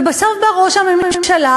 ובסוף בא ראש הממשלה,